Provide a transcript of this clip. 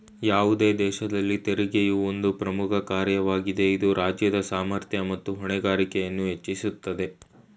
ಯಾವುದೇ ದೇಶದಲ್ಲಿ ತೆರಿಗೆಯು ಒಂದು ಪ್ರಮುಖ ಕಾರ್ಯವಾಗಿದೆ ಇದು ರಾಜ್ಯದ ಸಾಮರ್ಥ್ಯ ಮತ್ತು ಹೊಣೆಗಾರಿಕೆಯನ್ನು ಹೆಚ್ಚಿಸುತ್ತದೆ